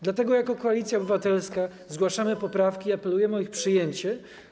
Dlatego jako Koalicja Obywatelska zgłaszamy poprawki i apelujemy o ich przyjęcie.